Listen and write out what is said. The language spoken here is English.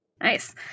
Nice